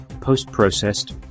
post-processed